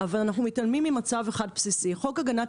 אבל אנחנו מתעלמים ממצב אחד בסיסי חוק הגנת